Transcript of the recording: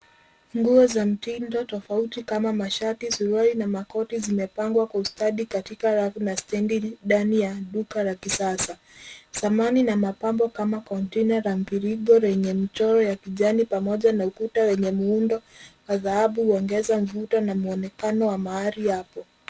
Nguo za mtindo tofauti kama mashati, suruali na makoti zimepangwa kwa ustadi katika rafu na stedi ndani ya duka la kisasa. Samani na mapambo kama kontaina la mviringo lenye mchoro ya kijani pamoja na ukuta wenye muundo wa dhahabu uogeza mvuto na mwonekano wa mahali hapo.